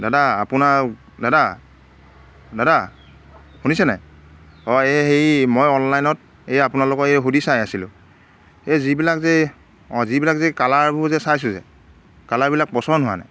দাদা আপোনাৰ দাদা দাদা শুনিছেনে অঁ এই হেৰি মই অনলাইনত এই আপোনালোকৰ এই সুধি চাই আছিলোঁ এই যিবিলাক যে অঁ যিবিলাক যে কালাৰবোৰ যে চাইছোঁ যে কালাৰবিলাক পচন্দ হোৱা নাই